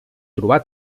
trobar